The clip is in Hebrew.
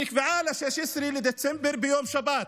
שנקבעה ל-16 בדצמבר ביום שבת,